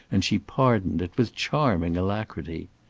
and she pardoned it with charming alacrity.